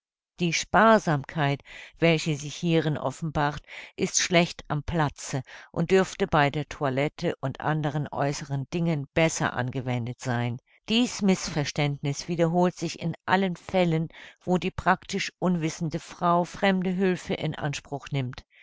die sparsamkeit welche sich hierin offenbart ist schlecht am platze und dürfte bei der toilette und anderen äußeren dingen besser angewendet sein dies mißverständniß wiederholt sich in allen fällen wo die praktisch unwissende frau fremde hülfe in anspruch nimmt